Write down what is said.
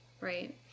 right